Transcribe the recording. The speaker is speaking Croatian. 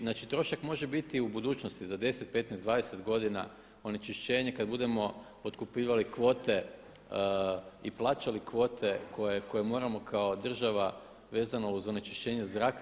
Znači trošak može biti i u budućnosti za 10, 15, 20 godina onečišćenje kad budemo otkupljivali kvote i plaćali kvote koje moramo kao država vezano uz onečišćenje zraka.